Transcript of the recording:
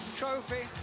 trophy